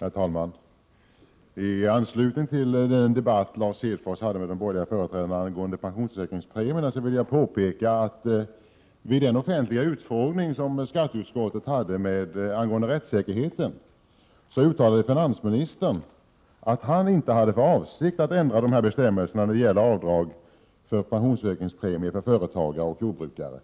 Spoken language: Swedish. Herr talman! I anslutning till den debatt som Lars Hedfors förde med de borgerliga företrädarna om pensionsförsäkringspremierna vill jag påpeka att vid den offentliga utfrågning angående rättssäkerheten som skatteutskottet genomfört uttalade finansministern att han inte hade för avsikt att ändra bestämmelserna om avdrag för pensionsförsäkringspremier för företagare och jordbrukare.